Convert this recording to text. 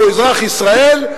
והוא אזרח ישראל,